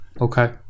okay